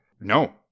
No